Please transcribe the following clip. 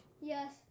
Yes